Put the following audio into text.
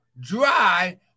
dry